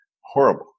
horrible